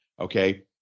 okay